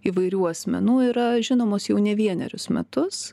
įvairių asmenų yra žinomos jau ne vienerius metus